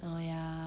oh ya